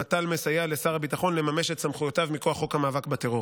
המט"ל מסייע לשר הביטחון לממש את סמכויותיו מכוח חוק המאבק בטרור.